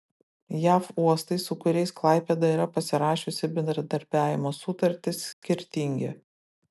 jav uostai su kuriais klaipėda yra pasirašiusi bendradarbiavimo sutartis skirtingi